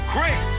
Great